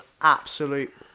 absolute